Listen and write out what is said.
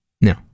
No